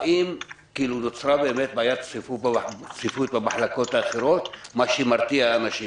האם נוצרה בעיית צפיפות במחלקות האחרות שמרתיעה אנשים?